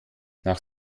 nach